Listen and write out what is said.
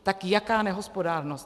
Tak jaká nehospodárnost?